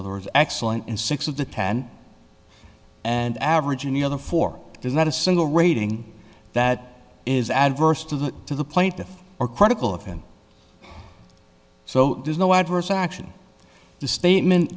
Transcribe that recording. other words excellent in six of the ten and average in the other four there's not a single rating that is adverse to the to the plaintiff are critical of him so there's no adverse action the statement